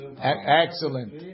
Excellent